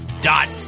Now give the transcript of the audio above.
dot